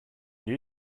new